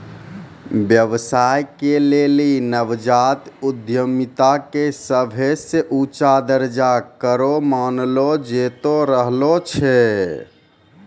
व्यवसाय के लेली नवजात उद्यमिता के सभे से ऊंचा दरजा करो मानलो जैतो रहलो छै